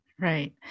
right